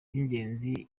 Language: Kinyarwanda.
by’ingenzi